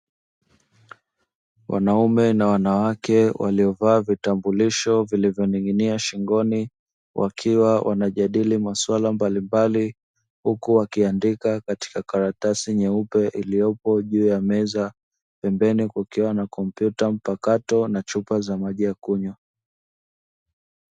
Wanaume na wanawake waliovaa vitambulisho vimening'inia shingoni wakiwa wanajadili masuala mbalimbali, huku wakiandika katika karatasi nyeupe iliyoko juu ya meza pembeni kukiwa na kompyuta mpakato na chupa za maji ya kunywa.